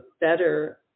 better